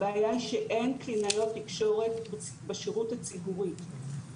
הבעיה היא שאין קלינאיות תקשורת בשירות הציבורי.